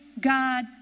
God